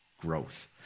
Growth